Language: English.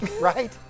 right